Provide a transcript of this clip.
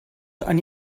eine